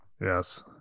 Yes